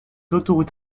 autoroutes